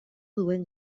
duen